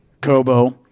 Kobo